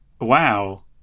Wow